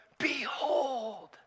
Behold